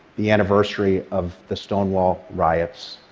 the anniversary of the stonewall riots.